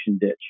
ditch